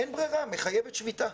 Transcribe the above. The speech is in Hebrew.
אין ברירה, מחייבת שביתה.